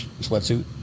sweatsuit